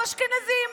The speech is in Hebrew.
הם אשכנזים.